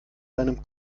deinem